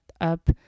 up